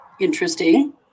Interesting